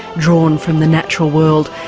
drawn from the natural world,